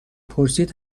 پرسید